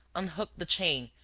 unhooked the chain,